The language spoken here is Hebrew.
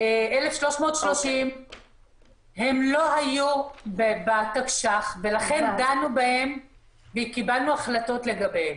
1,330 לא היו בתקש"ח ולכן דנו בהן וקיבלנו החלטות לגביהן,